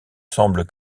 semble